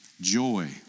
Joy